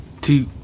two